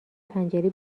پنجره